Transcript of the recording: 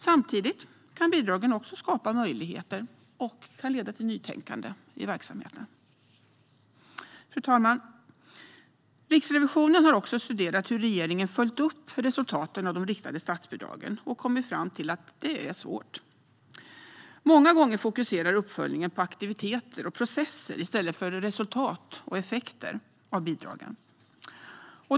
Samtidigt kan bidragen också skapa möjligheter och leda till nytänkande i verksamheten. Fru talman! Riksrevisionen har också studerat hur regeringen följt upp resultaten av de riktade statsbidragen och kommit fram till att det är svårt. Många gånger fokuserar uppföljningen på aktiviteter och processer i stället för resultat och effekter av bidragen.